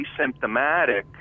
asymptomatic